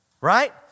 Right